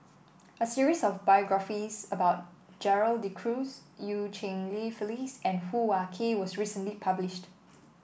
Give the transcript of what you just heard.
a series of biographies about Gerald De Cruz Eu Cheng Li Phyllis and Hoo Ah Kay was recently published